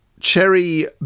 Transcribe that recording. Cherry